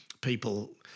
people